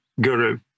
guru